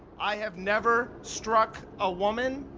i have never struck a woman,